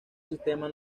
sistema